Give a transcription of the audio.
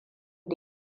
da